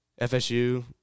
FSU